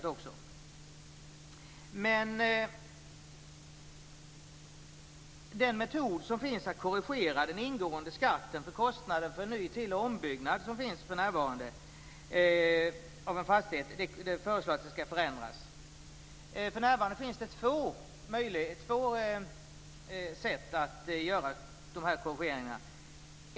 Den metod som för närvarande finns för att korrigera den ingående skatten för kostnaden för ny-, tilloch ombyggnad av en fastighet föreslås ändras. För närvarande finns det två sätt att göra de här korrigeringarna.